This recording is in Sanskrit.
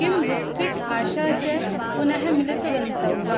किं ऋत्विक् आशा च पुनः मिलितवन्तौ वा